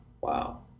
Wow